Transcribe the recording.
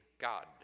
God